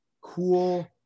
Cool